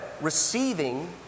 receiving